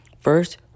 First